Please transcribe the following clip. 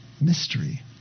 mystery